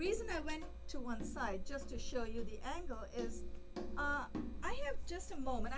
reason i went to one side just to show you the angle is i have just a moment